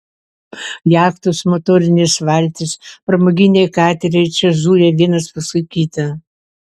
jachtos motorinės valtys pramoginiai kateriai čia zuja vienas paskui kitą